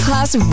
Class